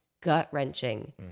gut-wrenching